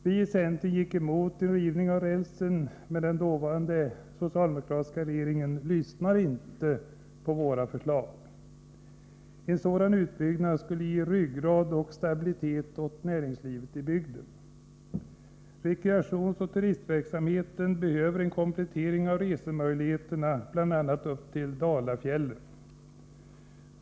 Vi i centern gick emot en rivning av rälsen, men den dåvarande socialdemokratiska regeringen lyssnade inte på våra förslag. En utbyggnad av banan upp till Särna skulle ge ryggrad och stabilitet åt näringslivet i bygden. Rekreationsoch turistverksamheten behöver en komplettering av resemöjligheterna bl.a. upp till Dalafjällen.